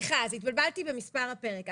סליחה, אז התבלבלתי במספר הפרק.